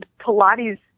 Pilates